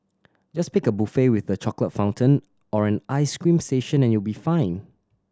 just pick a buffet with the chocolate fountain or an ice cream station and you'll be fine